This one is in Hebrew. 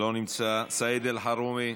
לא נמצא, סעיד אלחרומי,